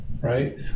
right